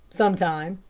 sometime.